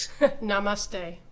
Namaste